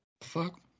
fuck